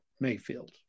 mayfield